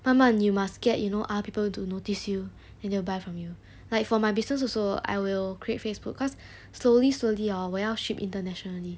慢慢 you must get you know other people to notice you and they will buy from you like for my business also I will create facebook cause slowly slowly hor 我要 ship internationally